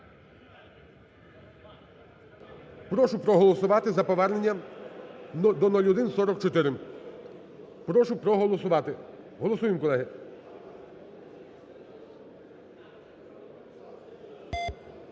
Прошу проголосувати за повернення 0144. Прошу проголосувати. Голосуємо, колеги.